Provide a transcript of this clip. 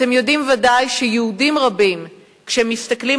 אתם יודעים ודאי שיהודים רבים שמסתכלים